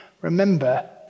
Remember